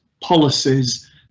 policies